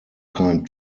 kind